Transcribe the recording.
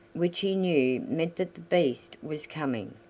which he knew meant that the beast was coming.